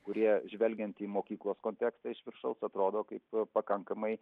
kurie žvelgiant į mokyklos kontekstą iš viršaus atrodo kaip pakankamai